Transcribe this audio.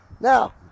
Now